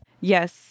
yes